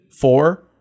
four